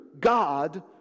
God